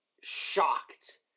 shocked